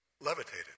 levitated